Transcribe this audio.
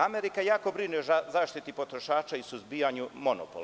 Amerika jako brine o zaštiti potrošača i suzbijanju monopola.